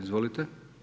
Izvolite.